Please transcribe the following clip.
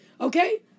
Okay